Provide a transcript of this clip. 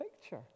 picture